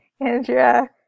Andrea